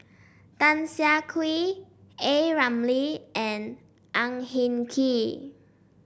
Tan Siah Kwee A Ramli and Ang Hin Kee